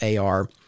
AR